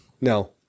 No